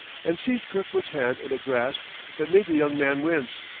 and seized kirkwood's hand in a grasp that made the young man wince.